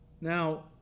Now